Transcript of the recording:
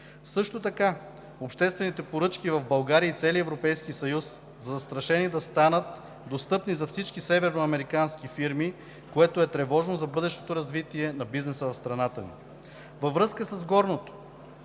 Също така обществените поръчки в България и в целия Европейски съюз са застрашени да станат достъпни за всички северноамерикански фирми, което е тревожно за бъдещото развитие на бизнеса в страната ни. Във връзка с горното